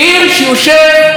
הכפר אל-עראקיב.